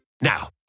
Now